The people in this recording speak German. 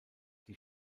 die